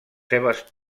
seves